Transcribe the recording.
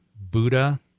buddha